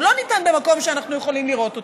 הוא לא ניתן במקום שאנחנו יכולים לראות אותו.